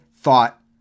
thought